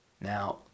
Now